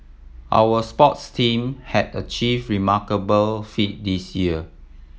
our sports team have achieve remarkable feat this year